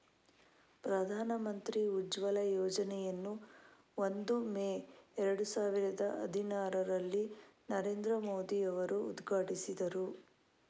ಪ್ರಧಾನ ಮಂತ್ರಿ ಉಜ್ವಲ ಯೋಜನೆಯನ್ನು ಒಂದು ಮೇ ಏರಡು ಸಾವಿರದ ಹದಿನಾರರಲ್ಲಿ ನರೇಂದ್ರ ಮೋದಿ ಅವರು ಉದ್ಘಾಟಿಸಿದರು